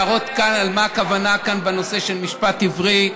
להראות כאן מה הכוונה בנושא של משפט עברי: